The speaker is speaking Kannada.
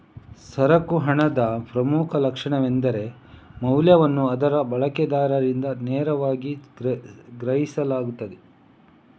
ಸರಕು ಹಣದ ಪ್ರಮುಖ ಲಕ್ಷಣವೆಂದರೆ ಮೌಲ್ಯವನ್ನು ಅದರ ಬಳಕೆದಾರರಿಂದ ನೇರವಾಗಿ ಗ್ರಹಿಸಲಾಗುತ್ತದೆ